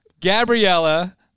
Gabriella